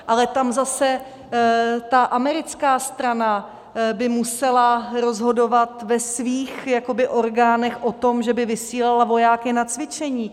Ale tam zase ta americká strana by musela rozhodovat ve svých jakoby orgánech o tom, že by vysílala vojáky na cvičení.